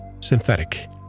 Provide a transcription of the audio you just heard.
synthetic